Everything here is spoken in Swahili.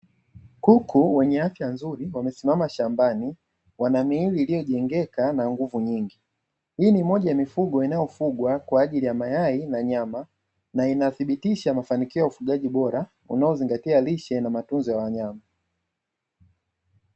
Kuku wenye afya nzuri wamesimama shambani wanamiili iliyojengeke na nguvu nyingi hii ni moja ya mifugo inayofugwa kwa ajili ya mayai na nyama na inathibisha mafanikio ya ufugaji bora, unayozingatia lishe na matunzo ya wanyama.